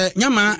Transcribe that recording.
nyama